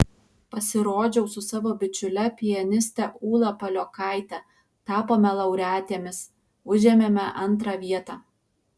pasirodžiau su savo bičiule pianiste ūla paliokaite tapome laureatėmis užėmėme antrą vietą